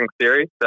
Series